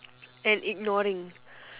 and ignoring